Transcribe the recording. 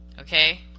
okay